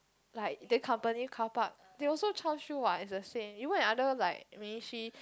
like the company carpark they also charge you what is the same in work in other like ministry